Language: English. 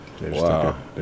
Wow